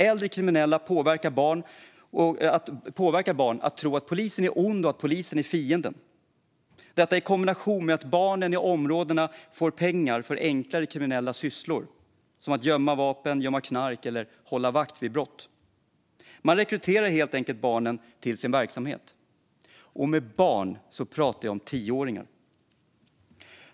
Äldre kriminella påverkar barn att tro att polisen är ond och att polisen är fienden - detta i kombination med att barnen i området får pengar för enklare kriminella sysslor, som att gömma vapen eller knark eller hålla vakt vid brott. Man rekryterar helt enkelt barnen till sin verksamhet. Och med barn menar jag tioåringar.